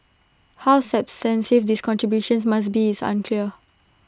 how substantive these contributions must be is unclear